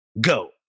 Go